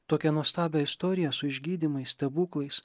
tokią nuostabią istoriją su išgydymais stebuklais